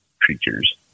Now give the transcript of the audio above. creatures